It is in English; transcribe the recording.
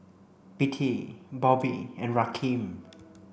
Bettye Bobbie and Rakeem